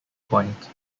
point